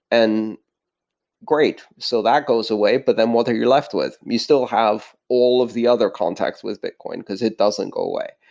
and great! so that goes away, but then what are you left with? you still have all of the other contacts was bitcoin, because it doesn't go away.